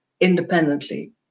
independently